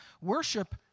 Worship